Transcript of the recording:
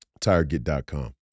tireget.com